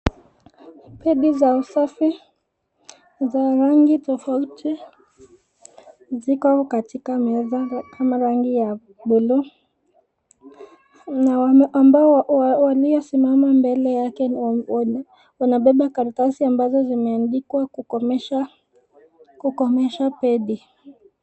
Pedi za usafi za rangi tofauti ziko katika meza kama rangi ya buluu na walio mbele yake wamebeba karatasi iliyoandikwa "Kukomesha pedi".